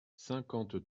cinquante